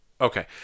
okay